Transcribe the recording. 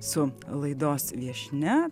su laidos viešnia